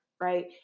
right